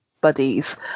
buddies